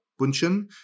Bunchen